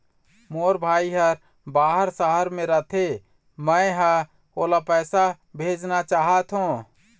मोर भाई हर बाहर शहर में रथे, मै ह ओला पैसा भेजना चाहथों